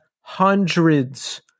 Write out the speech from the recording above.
hundreds